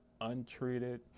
untreated